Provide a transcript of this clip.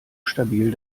stabil